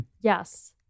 Yes